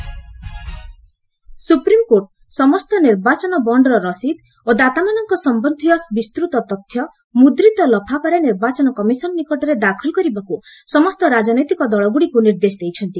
SC electoral bond supreme court ସମସ୍ତ ନିର୍ବାଚନ ବଣ୍ଡର ରସିଦ୍ ଓ ଦାତାମାନଙ୍କ ସମ୍ୟନ୍ଧୀୟ ବିସ୍ତୃତ ତଥ୍ୟ ମୁଦ୍ରିତ ଲଫାପାରେ ନିର୍ବାଚନ କମିଶନ ନିକଟରେ ଦାଖଲ କରିବାକୁ ସମସ୍ତ ରାଜନୈତିକ ଦଳଗୁଡ଼ିକୁ ନିର୍ଦ୍ଦେଶ ଦେଇଛନ୍ତି